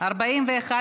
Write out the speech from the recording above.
שתקבע ועדת הכנסת נתקבלה.